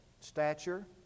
stature